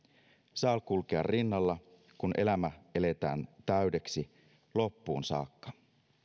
saa kulkea rinnalla kun elämä eletään täydeksi loppuun saakka